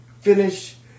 finish